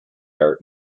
art